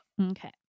Okay